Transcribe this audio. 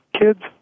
kids